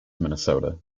minnesota